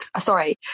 sorry